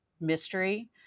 mystery